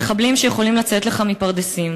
מחבלים שיכולים לצאת לך מפרדסים.